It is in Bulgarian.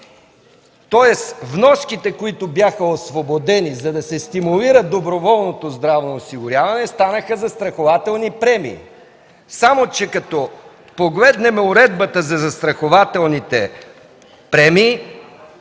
Тоест, вноските които бяха освободени, за да се стимулира доброволното здравно осигуряване, станаха застрахователни премии. Само че като погледнем Уредбата за застрахователните премии,